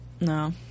No